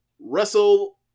Russell